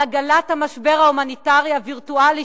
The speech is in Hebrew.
על עגלת המשבר ההומניטרי הווירטואלי